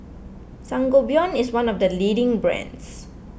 Sangobion is one of the leading brands